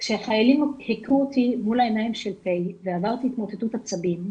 "כשחיילים היכו אותי מול העיניים של פיי ועברתי התמוטטות עצבים,